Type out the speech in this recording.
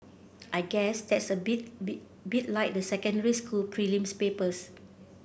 I guess that's a bit like the secondary school's prelim papers